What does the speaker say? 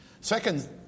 Second